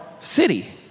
city